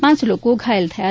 પાંચ લોકો ઘાયલ થયા છે